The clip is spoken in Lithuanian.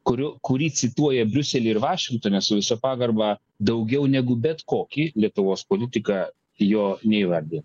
kurių kurį cituoja briuselyje ir vašingtone su visa pagarba daugiau negu bet kokį lietuvos politiką jo neįvardiję